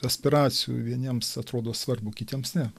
aspiracijų vieniems atrodo svarbu kitiems ne